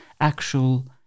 actual